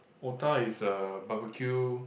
otah is a barbecue